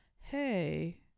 hey